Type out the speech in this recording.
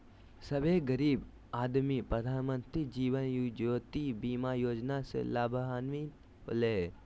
सभे गरीब आदमी प्रधानमंत्री जीवन ज्योति बीमा योजना से लाभान्वित होले हें